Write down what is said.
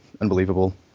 unbelievable